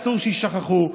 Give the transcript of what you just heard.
אסור שיישכחו,